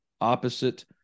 opposite